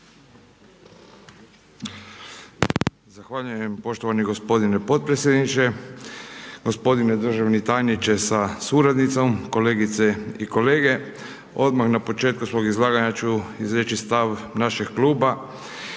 Zahvaljujem poštovani gospodine potpredsjedniče. Gospodine državni tajniče sa suradnicom, kolegice i kolege. Odmah na početku svog izlaganja ću izreći stav našeg kluba,